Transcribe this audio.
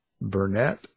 Burnett